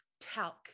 talc